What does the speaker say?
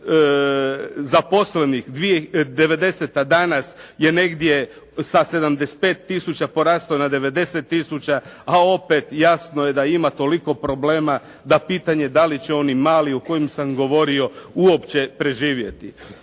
ne razumije./… danas je negdje sa 75 tisuća porastao na 90 tisuća, a opet jasno je da ima toliko problema da pitanje da li će oni mali o kojim sam govorio uopće preživjeti.